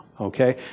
okay